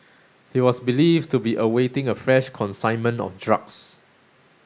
he was believed to be awaiting a fresh consignment of drugs